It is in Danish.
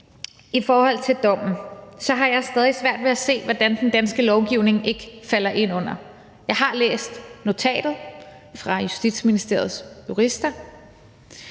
i forhold til dommen sige, at jeg stadig har svært ved at se, hvordan den danske lovgivning ikke falder ind under. Jeg har læst notatet fra Justitsministeriets jurister,